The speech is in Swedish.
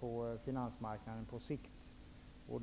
på finansmarknaden på sikt.